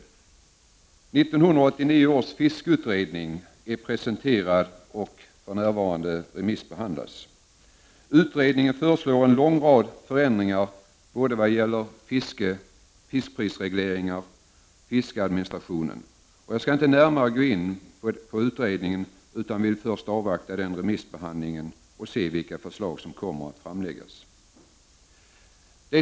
1989 års fiskeutredning är presenterad och remissbehandlas för närvarande. Utredningen föreslår en lång rad förändringar vad gäller både fiskprisregleringen och fiskeadministrationen. Jag skall inte närmare gå in på utredningen utan vill först avvakta remissbehandlingen och se vilka förslag som kommer att framläggas.